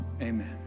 amen